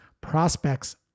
prospects